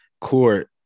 court